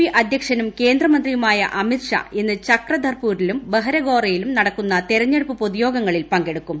P അധ്യക്ഷനും കേന്ദ്രമന്ത്രിയുമായ അമിത് ഷാ ഇന്ന് ചക്രധർപ്പൂരിലും ബഹർഗോറയിലും നടക്കുന്ന തെരഞ്ഞെടുപ്പ് പൊതുയോഗങ്ങളിൽ പങ്കെടുക്കും